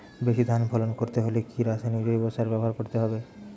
বেশি ধান ফলন করতে হলে কি রাসায়নিক জৈব সার ব্যবহার করতে হবে?